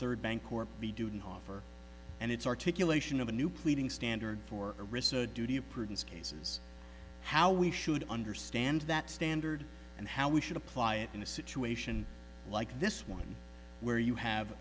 third bancorp be due to offer and its articulation of a new pleading standard for a reserve duty of prudence cases how we should understand that standard and how we should apply it in a situation like this one where you have